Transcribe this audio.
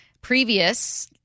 Previous